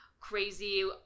crazy